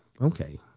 okay